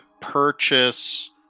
purchase